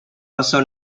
also